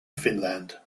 finland